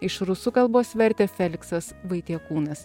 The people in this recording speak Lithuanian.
iš rusų kalbos vertė feliksas vaitiekūnas